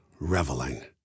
reveling